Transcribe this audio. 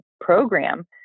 program